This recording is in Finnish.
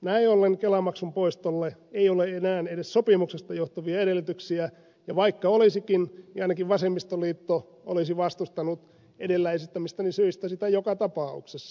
näin ollen kelamaksun poistolle ei ole enää edes sopimuksesta johtuvia edellytyksiä ja vaikka olisikin niin ainakin vasemmistoliitto olisi vastustanut edellä esittämistäni syistä sitä joka tapauksessa